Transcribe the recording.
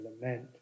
lament